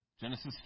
Genesis